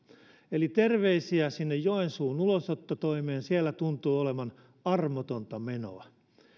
eli terveisiä sinne joensuun ulosottotoimeen siellä tuntuu olevan armotonta menoa